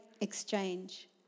exchange